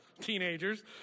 teenagers